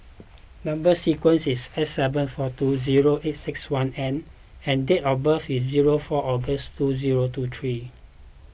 Number Sequence is S seven four two zero eight six one N and date of birth is zero four August two zero two three